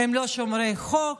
הם לא שומרי חוק,